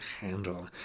handle